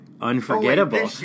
Unforgettable